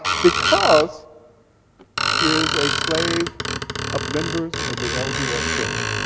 because she is a slave of members of the lds church.